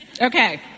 Okay